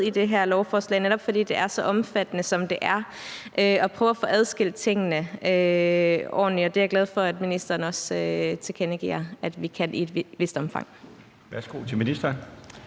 i det her lovforslag, netop fordi det er så omfattende, som det er, og prøve at få adskilt tingene ordentligt, og det er jeg glad for at ministeren også tilkendegiver at vi kan i et vist omfang.